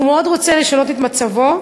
הוא מאוד רוצה לשנות את מצבו,